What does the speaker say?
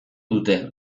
dute